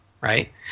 right